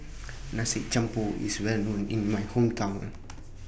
Nasi Campur IS Well known in My Hometown